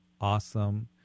awesome